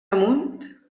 amunt